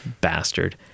bastard